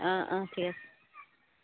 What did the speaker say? অঁ অঁ ঠিক আছে